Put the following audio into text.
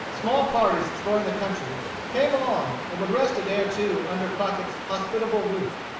small parties exploring the country came along, and would rest a day or two under crockett's hospitable roof.